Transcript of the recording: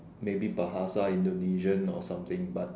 maybe bahasa Indonesian or something but